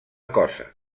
cosa